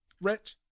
Rich